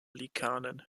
liikanen